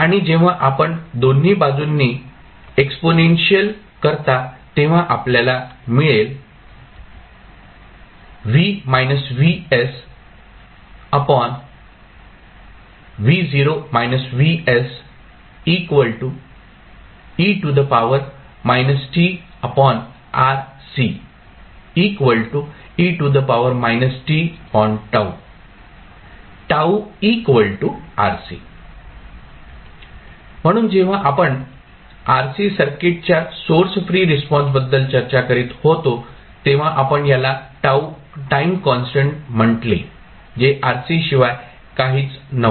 आणि जेव्हा आपण दोन्ही बाजूंनी एक्सपोनेन्शियल करता तेव्हा आपल्याला मिळेल म्हणून जेव्हा आपण RC सर्किटच्या सोर्स फ्री रिस्पॉन्स बद्दल चर्चा करीत होतो तेव्हा आपण याला टाईम कॉन्स्टंट म्हटले जे RC शिवाय काहीच नव्हते